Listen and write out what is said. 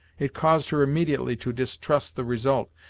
it caused her immediately to distrust the result,